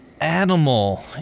animal